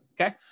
Okay